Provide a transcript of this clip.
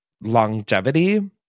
longevity